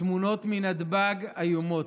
התמונות מנתב"ג איומות,